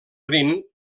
rin